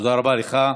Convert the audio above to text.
תודה רבה לך.